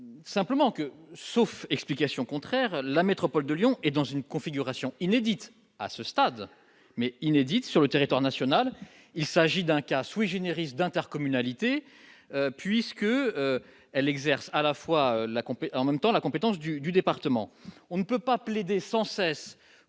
simplement que sauf explication contraire la métropole de Lyon est dans une configuration inédite à ce stade, mais inédite sur le territoire national, il s'agit d'un casse oui generis d'intercommunalité puisque elle exerce à la fois la compèt en même temps, la compétence du département, on ne peut pas plaider sans cesse